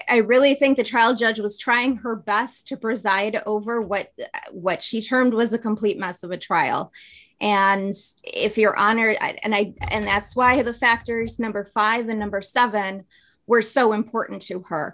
i really think the trial judge was trying her best to preside over what what she termed was a complete mess of a trial and if your honor and i and that's why the factors number five the number seven were so important to her